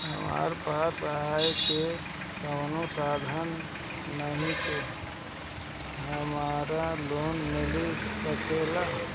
हमरा पास आय के कवनो साधन नईखे हमरा लोन मिल सकेला?